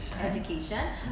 education